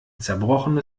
zerbrochene